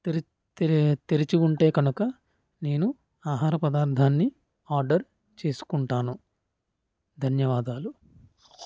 తెరి తెరిచి ఉంటే కనుక నేను ఆహార పదార్థాన్ని ఆర్డర్ చేసుకుంటాను ధన్యవాదాలు